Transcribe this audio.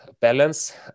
balance